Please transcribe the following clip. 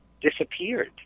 disappeared